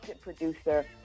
producer